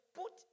put